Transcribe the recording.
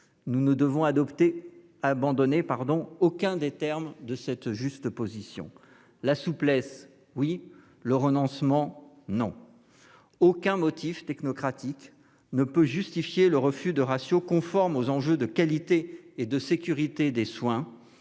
Nous ne devons abandonner aucun des termes de cette juste position. La souplesse, oui ; le renoncement, non. Aucun motif technocratique ne peut justifier le refus de ratios conformes aux enjeux de qualité et de sécurité des soins